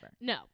No